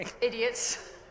Idiots